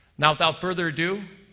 now, without further ado,